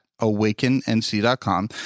awakennc.com